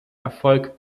erfolg